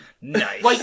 nice